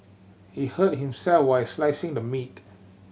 he hurt himself while slicing the meat